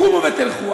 קומו ותלכו,